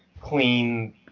clean